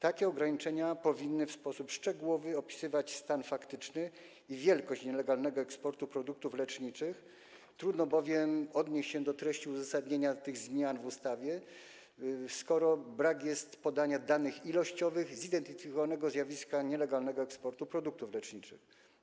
Przy takich ograniczeniach powinno się w sposób szczegółowy opisywać stan faktyczny i wielkość nielegalnego eksportu produktów leczniczych, trudno bowiem odnieść się do treści uzasadnienia tych zmian w ustawie, skoro brak jest podania w nim danych ilościowych co do zidentyfikowanego zjawiska nielegalnego eksportu produktów leczniczych.